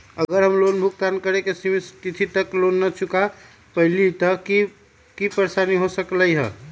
अगर हम लोन भुगतान करे के सिमित तिथि तक लोन न चुका पईली त की की परेशानी हो सकलई ह?